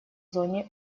зоне